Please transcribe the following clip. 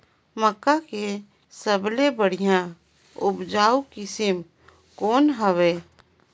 मक्का के सबले बढ़िया उपजाऊ किसम कौन हवय?